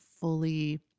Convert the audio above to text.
fully